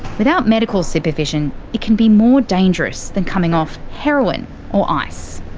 without medical supervision, it can be more dangerous than coming off heroin or ice.